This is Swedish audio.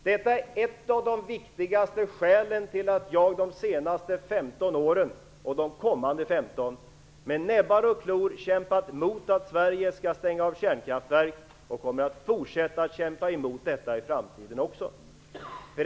Detta är ett av de viktigaste skälen till att jag under de senaste 15 åren med näbbar och klor kämpat emot att Sverige skall stänga av kärnkraftverk, och jag kommer att fortsätta att kämpa emot detta i framtiden också.